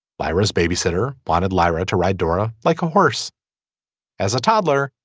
barbara's babysitter wanted lyra to ride dora like a horse as a toddler.